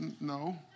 No